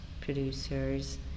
producers